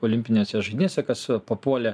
olimpinėse žaidynėse kas papuolė